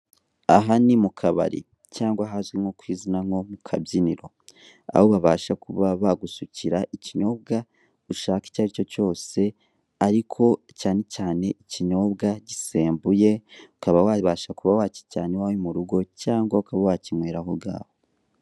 Aha ni mu kabari cyangwa hazwi nko ku izina nko mu kabyiniro, aho babasha kuba bagusukira ikinyobwa ushaka icyo aricyo cyose ariko cyane cyane ikinyobwa gisembuye, ukaba wabasha kuba wakijyana iwawe mu rugo, cyangwa ukaba wakinywera aho ngaho.